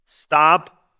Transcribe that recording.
Stop